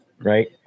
Right